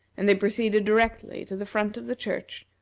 and they proceeded directly to the front of the church,